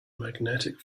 magnetic